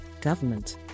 Government